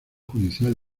judicial